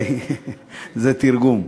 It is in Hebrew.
זה תרגום.